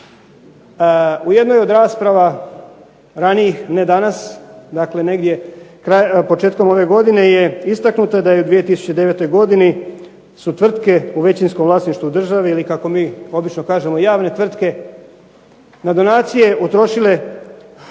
U jednoj od rasprava, ranijih ne danas, dakle negdje početkom ove godine je istaknuto da je u 2009. godini su tvrtke u većinskom vlasništvu države ili kako mi obično kažemo javne tvrtke na donacije utrošile oko